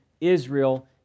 Israel